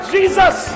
Jesus